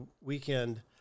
weekend